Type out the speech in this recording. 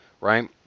right